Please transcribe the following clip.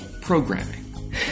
programming